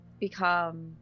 become